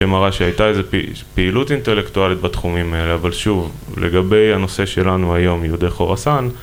מראה שהייתה איזו פעילות אינטלקטואלית בתחומים האלה, אבל שוב, לגבי הנושא שלנו היום, יהודי חורסן